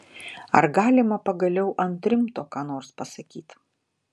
ar galima pagaliau ant rimto ką nors pasakyt